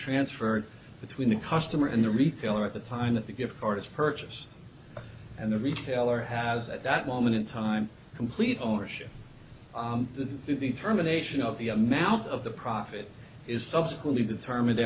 transferred between the customer and the retailer at the final the gift or this purchase and the retailer has at that moment in time complete ownership the determination of the amount of the profit is subsequently determined